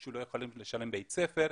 כשהוא לא יכול לשלם בית ספר,